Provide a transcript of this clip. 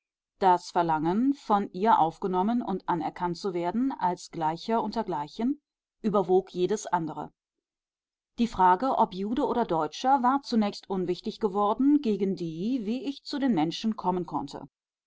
das verlangen von ihr aufgenommen und anerkannt zu werden als gleicher unter gleichen überwog jedes andere die frage ob jude oder deutscher war zunächst unwichtig geworden gegen die wie ich zu den menschen kommen konnte